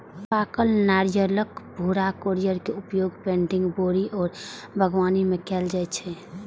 पाकल नारियलक भूरा कॉयर के उपयोग पैडिंग, बोरी आ बागवानी मे कैल जाइ छै